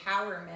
empowerment